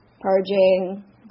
purging